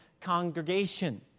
congregation